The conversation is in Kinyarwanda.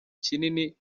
kinini